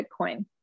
Bitcoin